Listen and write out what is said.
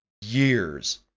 years